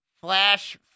Flash